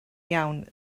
iawn